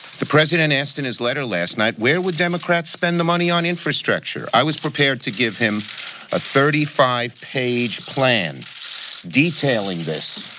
the president asked in his letter last night, where will democrats spend the money on infrastructure? i was prepared to give him a thirty five page plan detailing this